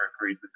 agreed